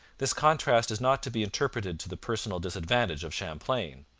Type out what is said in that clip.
this contrast is not to be interpreted to the personal disadvantage of champlain.